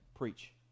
Preach